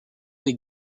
des